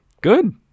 good